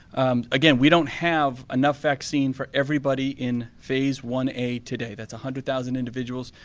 again, we don't have enough vaccine for everybody in phase one a today. that's a hundred thousand individuals.